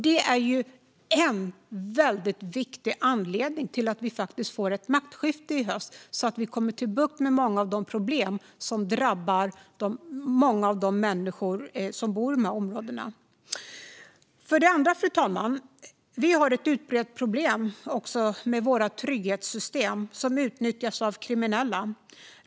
Det är en väldigt viktig anledning till att vi behöver få ett maktskifte i höst och få bukt med många av de problem som drabbar många av de människor som bor i de här områdena. För det andra, fru talman, har vi ett utbrett problem med att våra trygghetssystem utnyttjas av kriminella.